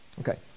Okay